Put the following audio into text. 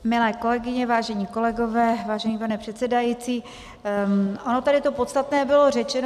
Milé kolegyně, vážení kolegové, vážený pane předsedající, ono tady to podstatné bylo řečeno.